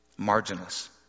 Marginless